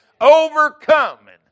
Overcoming